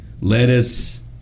lettuce